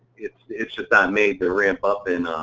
it's it's just not made to ramp up and